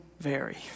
vary